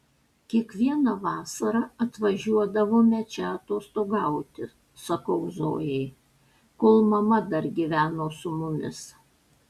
kiekvieną vasarą atvažiuodavome čia atostogauti sakau zojai kol mama dar gyveno su mumis